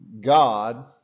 God